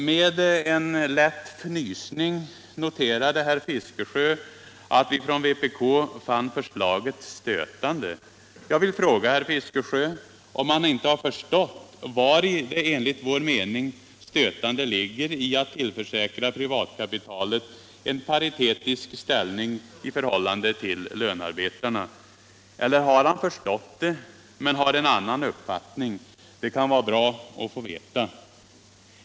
Med en lätt fnysning noterade herr Fiskesjö att vi från vpk fann förslaget stötande. Jag vill fråga herr Fiskesjö om han inte har förstått vari det enligt vår mening stötande ligger i att tillförsäkra privatkapitalet en paritetisk ställning i förhållande till lönarbetarna. Eller har herr Fiskesjö förstått det men har en annan uppfattning? Det kan vara bra att få veta det.